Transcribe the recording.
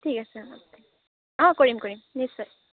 ঠিক আছে অ'কে অঁ কৰিম কৰিম নিশ্চয়